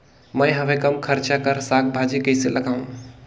मैं हवे कम खर्च कर साग भाजी कइसे लगाव?